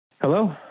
Hello